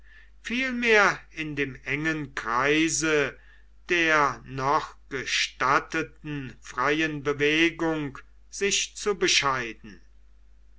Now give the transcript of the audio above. vielmehr in dem engen kreise der noch gestatteten freien bewegung sich zu bescheiden